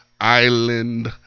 Island